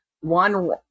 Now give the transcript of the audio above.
One